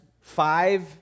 five